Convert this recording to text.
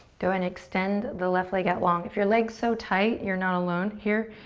go and extend the left leg out long. if your leg's so tight, you're not alone here,